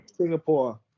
Singapore